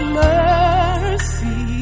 mercy